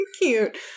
Cute